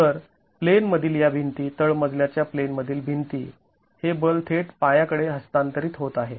तर प्लेनमधील या भिंती तळमजल्याच्या प्लेनमधील भिंती हे बल थेट पाया कडे हस्तांतरीत होत आहे